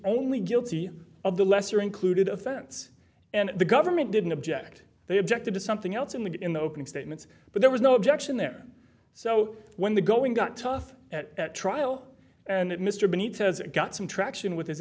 only guilty of the lesser included offense and the government didn't object they objected to something else in the in the opening statements but there was no objection there so when the going got tough at trial and mr benito got some traction with his